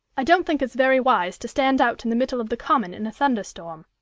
i don't think it's very wise to stand out in the middle of the common in a thunderstorm.